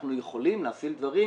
אנחנו יכולים להפעיל דברים,